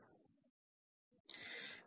மாணவர் p